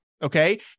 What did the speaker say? Okay